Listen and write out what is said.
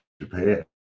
Japan